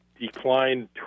declined